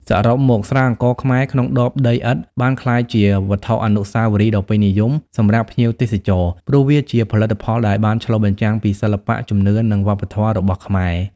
សរុបមក ស្រាអង្ករខ្មែរក្នុងដបដីឥដ្ឋបានក្លាយជាវត្ថុអនុស្សាវរីយ៍ដ៏ពេញនិយមសម្រាប់ភ្ញៀវទេសចរ ព្រោះវាជាផលិតផលដែលបានឆ្លុះបញ្ចាំងពីសិល្បៈ ជំនឿ និងវប្បធម៌របស់ខ្មែរ។